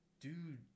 Dude